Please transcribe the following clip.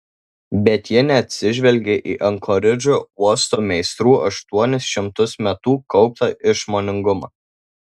bet ji neatsižvelgė į ankoridžo uosto meistrų aštuonis šimtus metų kauptą išmoningumą